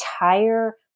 entire